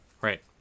Right